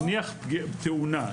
נניח: תאונה,